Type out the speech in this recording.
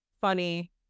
funny